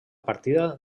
partida